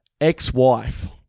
ex-wife